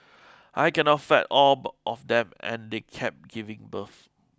I cannot feed all of them and they keep giving birth